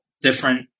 different